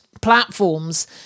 platforms